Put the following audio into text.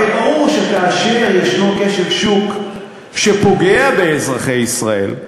הרי ברור שכאשר ישנו כשל שוק שפוגע באזרחי ישראל,